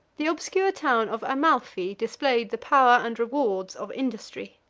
the obscure town of amalphi displayed the power and rewards of industry.